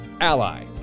Ally